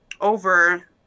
over